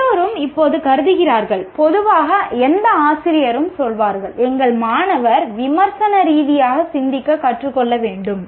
எல்லோரும் இப்போது கருதுகிறார்கள் பொதுவாக எந்த ஆசிரியரும் சொல்வார்கள் எங்கள் மாணவர் விமர்சன ரீதியாக சிந்திக்க கற்றுக்கொள்ள வேண்டும்